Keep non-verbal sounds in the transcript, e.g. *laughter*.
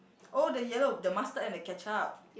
*noise* oh the yellow the mustard and the ketchup